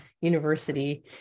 university